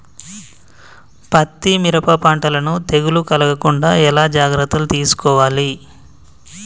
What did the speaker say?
పత్తి మిరప పంటలను తెగులు కలగకుండా ఎలా జాగ్రత్తలు తీసుకోవాలి?